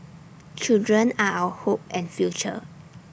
children are our hope and future